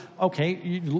Okay